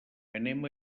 anem